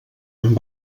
amb